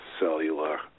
cellular